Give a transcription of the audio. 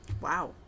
Wow